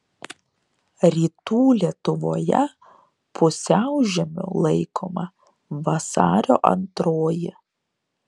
rytų lietuvoje pusiaužiemiu laikoma vasario antroji